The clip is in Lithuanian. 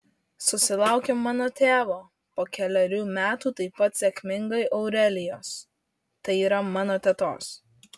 susilaukė mano tėvo po kelerių metų taip pat sėkmingai aurelijos tai yra mano tetos